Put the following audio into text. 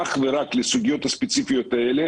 אך ורק לסוגיות הספציפיות האלה